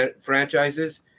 franchises